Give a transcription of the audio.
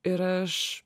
ir aš